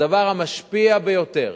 הדבר המשפיע ביותר,